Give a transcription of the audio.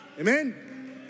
Amen